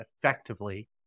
effectively